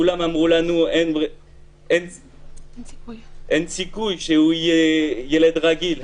כולם אמרו לנו: אין סיכוי שהוא יהיה ילד רגיל,